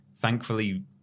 Thankfully